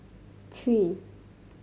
three